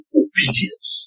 obedience